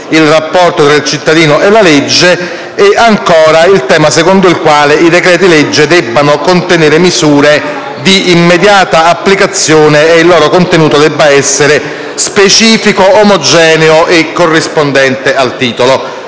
il rapporto tra il cittadino e la legge. Va inoltre ricordato il tema secondo il quale i decreti-legge debbano contenere misure d'immediata applicazione ed il loro contenuto debba essere specifico, omogeneo e corrispondente al titolo.